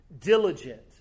diligent